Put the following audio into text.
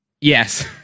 Yes